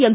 M